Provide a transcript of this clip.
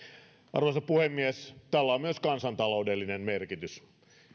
arvoisa puhemies tällä on myös kansantaloudellinen merkitys